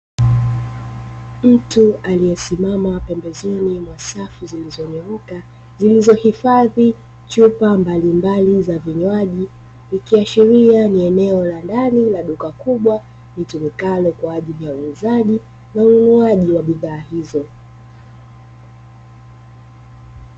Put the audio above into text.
Mtu aliyesimama pembezoni mwa safu zilizonyooka, zilizohifadhi chupa mbalimbali za vinywaji ikiashiria ni eneo la ndani la duka kubwa litumikalo kwa ajili ya uuzaji na ununuaji wa bidhaa hizo.